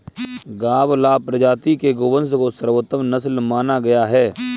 गावलाव प्रजाति के गोवंश को सर्वोत्तम नस्ल माना गया है